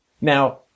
Now